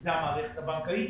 זאת המערכת הבנקאית.